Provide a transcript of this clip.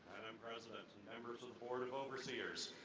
president and members of the board of overseers,